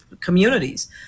communities